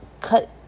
Cut